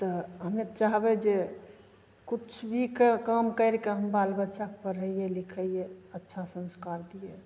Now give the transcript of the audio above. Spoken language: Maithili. तऽ हमे तऽ चाहबै जे किछु भी काम करिके हम बाल बच्चाके पढ़ैए लिखैए अच्छा संस्कार दिए